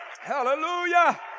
hallelujah